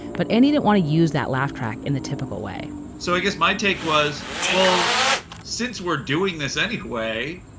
but andy didn't want to use that laugh track in the typical way so i guess my take was, well since we're doing this anyway,